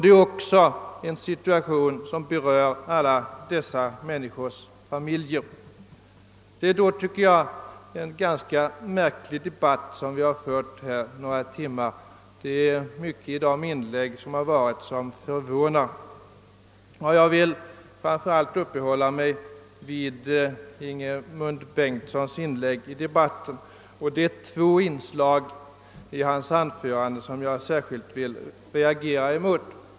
De arbetslösas situation berör också deras familjer. Det är då, tycker jag, en ganska märklig debatt som vi fört här några timmar, och mycket i inläggen har förvånat mig. Jag vill framför allt uppehålla mig vid herr Bengtssons i Varberg inlägg i debatten, och jag har särskilt reagerat mot två inslag i hans anförande.